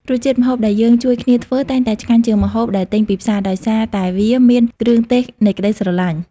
រសជាតិម្ហូបដែលយើងជួយគ្នាធ្វើ តែងតែឆ្ងាញ់ជាងម្ហូបដែលទិញពីផ្សារ ដោយសារតែវាមាន "គ្រឿងទេសនៃក្ដីស្រឡាញ់"។